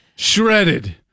shredded